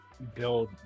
build